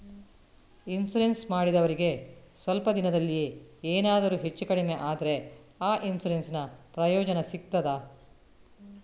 Insurance ಮಾಡಿದವರಿಗೆ ಸ್ವಲ್ಪ ದಿನದಲ್ಲಿಯೇ ಎನಾದರೂ ಹೆಚ್ಚು ಕಡಿಮೆ ಆದ್ರೆ ಆ ಇನ್ಸೂರೆನ್ಸ್ ನ ಪ್ರಯೋಜನ ಸಿಗ್ತದ?